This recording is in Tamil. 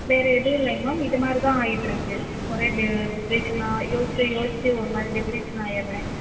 வேறு எதுவும் இல்லைங்க மேம் இது மாதிரி தான் ஆயிட்டுருக்கு ஒரே டி டிப்ரேஷனாக யோசிச்சு யோசிச்சு ஒரு மாதிரி டிப்ரேஷன் ஆயிட்றேன்